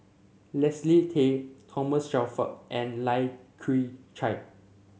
Leslie Tay Thomas Shelford and Lai Kew Chai